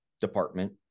department